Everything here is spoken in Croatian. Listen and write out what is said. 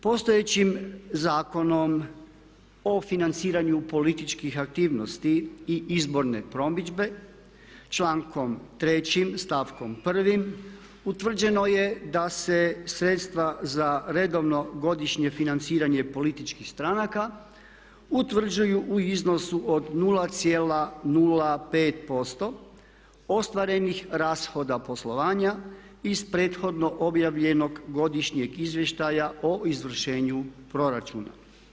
Postojećim zakonom o financiranju političkih aktivnosti i izborne promidžbe člankom 3. stavkom 1. utvrđeno je da se sredstva za redovno godišnje financiranje političkih stranka utvrđuju u iznosu od 0,05% ostvarenih rashoda poslovanja iz prethodno objavljenog godišnjeg izvještaja o izvršenju proračuna.